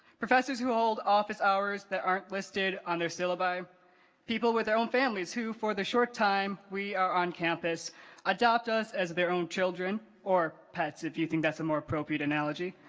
professors who hold office hours that aren't listed on their syllabi people with their own families who for the short time we are on campus adopt us as their own children or pets if you think that's a more appropriate analogy